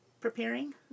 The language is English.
preparing